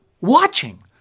watching